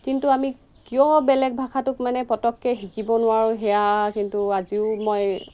কিন্তু আমি কিয় বেলেগ ভাষাটোক মানে পটককৈ শিকিব নোৱাৰোঁ সেয়া কিন্তু আজিও মই